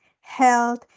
health